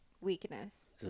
weakness